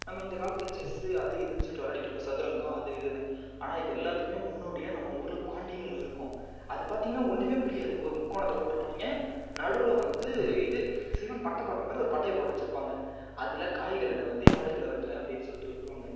நம்ம இந்த காலத்தில் செஸ்ஸு அது இதுன்னு சொல்லிகிட்டு விளையாடிட்டு இருக்கோம் சதுரங்கம் அது இதுன்னு ஆனால் இது எல்லாத்துக்கும் முன்னோடியாக நம்ம ஊரில் பாண்டின்னு ஒன்று இருக்கும் அது பார்த்திங்கன்னா ஒன்றுமே புரியாது ஒரு முக்கோணத்தை போட்டுருப்பாய்ங்க நடுவில் வந்து இது சிவன் பட்டை போட்ட மாதிரி ஒரு பட்டையை போட்டு வச்சுருப்பாங்க அதில் காய்களை நகர்த்தி ஆடுகளை வெட்டுறேன் அப்படின்னு சொல்லிகிட்டு வெட்டுவாங்க